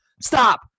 Stop